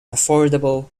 affordable